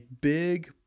big